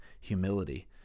humility